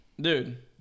dude